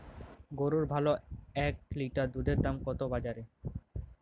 গরুর ভালো এক লিটার দুধের দাম কত বাজারে?